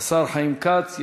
חיים כץ.